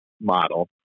model